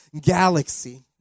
galaxy